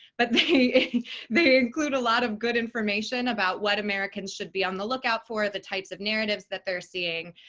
but they they include a lot of good information about what americans should be on the lookout for, the types of narratives that they're seeing.